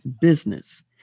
business